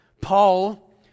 Paul